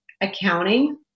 accounting